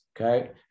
Okay